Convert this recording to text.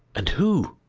and who,